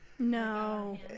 No